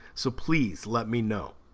so, please let me know.